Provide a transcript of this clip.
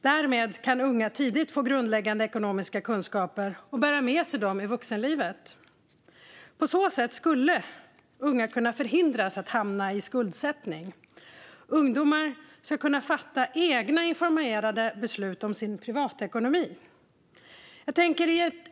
Därmed kan unga tidigt få grundläggande ekonomiska kunskaper och bära med sig dem i vuxenlivet. På så sätt skulle unga kunna förhindras att hamna i skuldsättning. Ungdomar ska kunna fatta egna informerade beslut om sin privatekonomi.